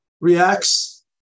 reacts